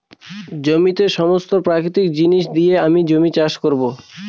জমিতে সমস্ত প্রাকৃতিক জিনিস দিয়ে আমি চাষ করবো